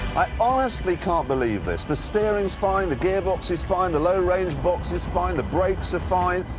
i honestly can't believe this. the steering's fine. the gearbox is fine, the low range box is fine. the brakes are fine.